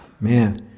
Man